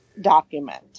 document